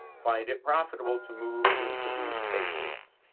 find it profitable to move into these spaces.